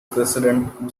president